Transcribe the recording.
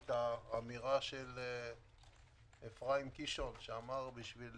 את האמירה של אפרים קישון שאמר: בשביל